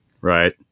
right